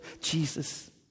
Jesus